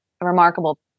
remarkable